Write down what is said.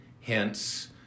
hence